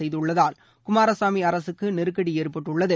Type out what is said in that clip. செய்துள்ளதால் குமாரசாமி அரசுக்கு நெருக்கடி ஏற்பட்டுள்ளது